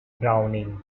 browning